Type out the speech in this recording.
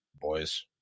boys